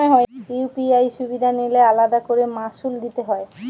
UPI সুবিধা নিলে আলাদা করে মাসুল দিতে হয়?